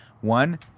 One